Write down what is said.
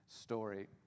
story